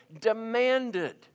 demanded